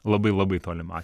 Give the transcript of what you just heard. labai labai tolimą